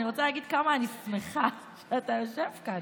אני רוצה להגיד כמה אני שמחה שאתה יושב כאן.